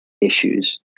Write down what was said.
issues